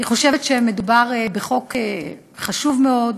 אני חושבת שמדובר בחוק חשוב מאוד,